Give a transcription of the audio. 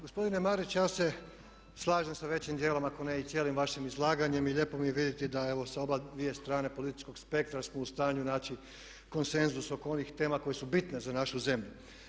Gospodine Marić ja se slažem sa većim dijelom ako ne i cijelim vašim izlaganjem i lijepo mi je vidjeti da evo sa obje strane političkog spektra smo u stanju naći konsenzus oko onih tema koje su bitne za našu zemlju.